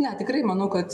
ne tikrai manau kad